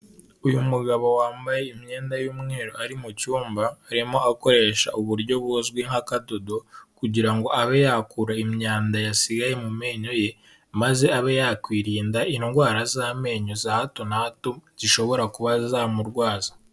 Uyu mugabo wambaye imyenda y'umweru ari mu cyumba, arimo akoresha uburyo buzwi nk'akadodo kugira ngo abe yakura imyanda yasigaye mu menyo ye, maze abe yakwirinda indwara z'amenyo za hato na hato zishobora kuba zamurwaza.